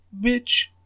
bitch